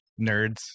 Nerds